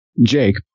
Jake